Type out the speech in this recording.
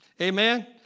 amen